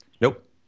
nope